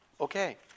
Okay